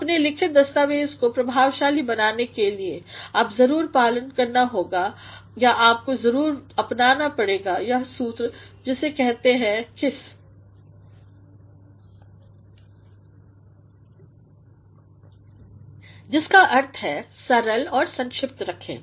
अपने लिखित दस्तावेज़ को प्रभावशाली बनाने के लिए आप जरूरपालन करना होगा या आप जरूर अपनाना पड़ेगा यह सूत्र जिसे कहते हैं किस जिसका अर्थ है सरलऔर संक्षिप्त रखें